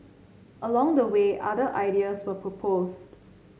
along the way other ideas were proposed